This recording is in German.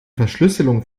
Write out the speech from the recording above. verschlüsselung